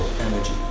energy